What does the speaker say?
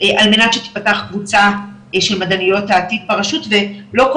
על מנת שתפתח קבוצה של מדעניות העתיד ברשות ולא כל